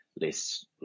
less